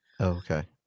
Okay